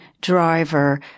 driver